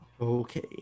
okay